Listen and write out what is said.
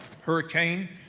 Hurricane